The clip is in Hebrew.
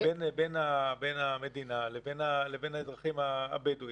בין המדינה לבין האזרחים הבדואים.